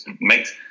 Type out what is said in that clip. makes